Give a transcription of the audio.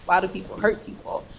why do people hurt people?